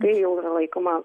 tai jau yra laikoma